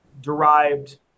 derived